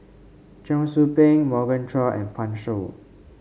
Cheong Soo Pieng Morgan Chua and Pan Shou